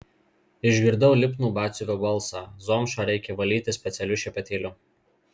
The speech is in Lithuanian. išgirdau lipnų batsiuvio balsą zomšą reikia valyti specialiu šepetėliu